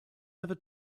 never